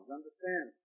understand